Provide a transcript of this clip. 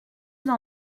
dans